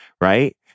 right